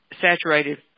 saturated